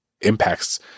impacts